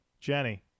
Jenny